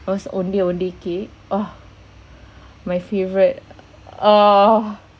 was ondeh ondeh cake !wah! my favourite oh